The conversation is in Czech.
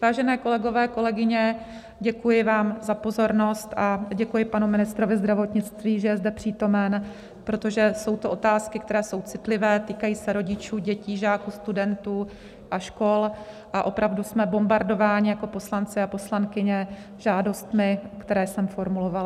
Vážení kolegové, kolegyně, děkuji vám za pozornost a děkuji panu ministru zdravotnictví, že je zde přítomen, protože jsou to otázky, které jsou citlivé, týkají se rodičů, dětí, žáků, studentů a škol, a opravdu jsme bombardováni jako poslanci a poslankyně žádostmi, které jsem formulovala.